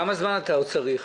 כמה זמן עוד אתה צריך?